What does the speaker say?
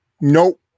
Nope